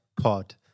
Pod